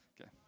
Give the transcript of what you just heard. Okay